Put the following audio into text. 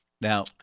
now